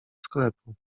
sklepu